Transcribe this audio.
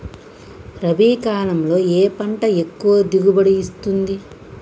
రబీ కాలంలో ఏ పంట ఎక్కువ దిగుబడి ఇస్తుంది?